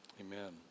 amen